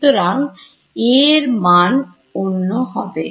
সুতরাং A এর মান অনন্য হতে হবে